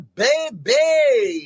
baby